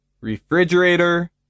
Refrigerator